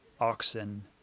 oxen